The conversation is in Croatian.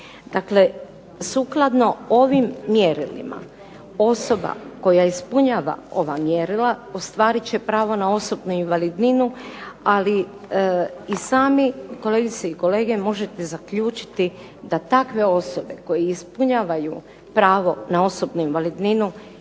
Dakle, sukladno ovim mjerilima osoba koja ispunjava ova mjerila ostvarit će pravo na osobnu invalidninu, ali i sami kolegice i kolege, možete zaključiti da takve osobe koje ispunjavaju pravo na osobnu invalidninu